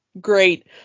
great